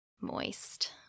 moist